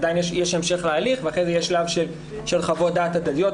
עדיין יש המשך להליך ואחרי זה יש שלב של חוות דעת הדדיות.